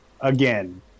again